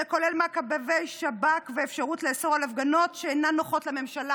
זה כולל מעקבי שב"כ ואפשרות לאסור על הפגנות שאינן נוחות לממשלה.